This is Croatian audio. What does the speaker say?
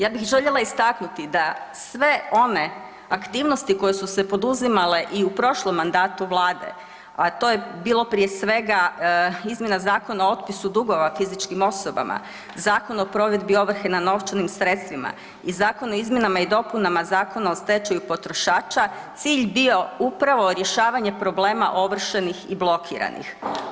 Ja bih željela istaknuti da sve one aktivnosti koje su se poduzimale i u prošlom mandatu Vlade, a to je bilo prije svega izmjena Zakona o otpisu dugova fizičkim osobama, Zakon o provedbi ovrhe na novčanim sredstvima i Zakon o izmjenama i dopunama Zakona o stečaju potrošača cilj bio upravo rješavanje problema ovršenih i blokiranih.